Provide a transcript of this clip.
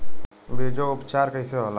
बीजो उपचार कईसे होला?